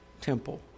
temple